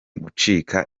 gucika